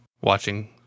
watching